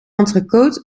entrecote